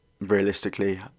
realistically